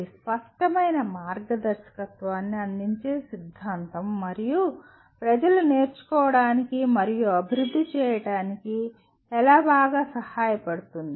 ఇది స్పష్టమైన మార్గదర్శకత్వాన్ని అందించే సిద్ధాంతం మరియు ప్రజలు నేర్చుకోవడానికి మరియు అభివృద్ధి చేయడానికి ఎలా బాగా సహాయపడుతుంది